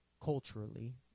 culturally